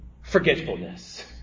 forgetfulness